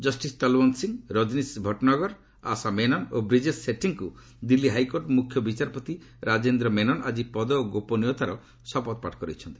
justice Talwant Singh Rajnish Bhatnagar Asha Menon ଓ ବ୍ରିଜେସ୍ ସେଠୀଙ୍କୁ Delhi high court ମୁଖ୍ୟ ବିଚାରପତି ରାଜେନ୍ଦ୍ର ମେନନ୍ ଆଜି ପଦ ଓ ଗୋପନୀୟତାର ଶପଥପାଠ କରାଇଛନ୍ତି